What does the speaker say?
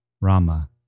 Rama